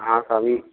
हाँ सर अभी